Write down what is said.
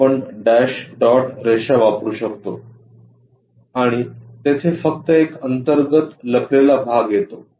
तर आपण dash dot रेषा वापरू शकतो आणि तेथे फक्त एक अंतर्गत लपलेला भाग येतो